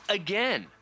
again